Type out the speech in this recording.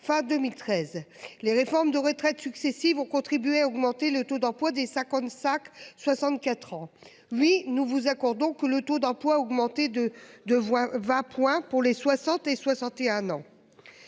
fin 2013. Les réformes de retraites successives ou contribué à augmenter le taux d'emploi des ça comme sac. 64 ans oui, nous vous accordons que le taux d'emploi a augmenté de 2 voix va point pour les 60 et 61 ans.